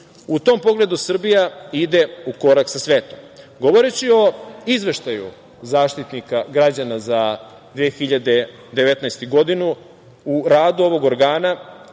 U tom pogledu Srbija ide u korak sa svetom. Govoreći o Izveštaju Zaštitnika građana za 2019. godinu, u radu ovog organa